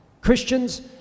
Christians